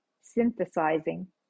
synthesizing